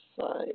side